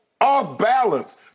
off-balance